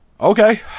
okay